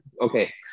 okay